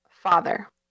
father